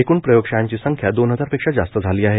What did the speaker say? एकूण प्रयोगशाळांची संख्या दोन हजार पेक्षा जास्त झाली आहे